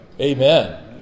Amen